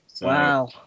Wow